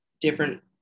different